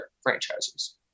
franchises